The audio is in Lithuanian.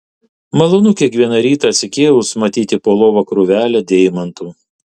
malonu kiekvieną rytą atsikėlus matyti po lova krūvelę deimantų